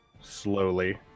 slowly